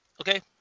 okay